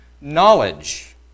knowledge